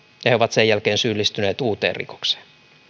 ja sen jälkeen he ovat syyllistyneet uuteen rikokseen